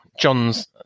john's